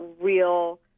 real